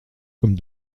comme